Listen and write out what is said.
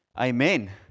Amen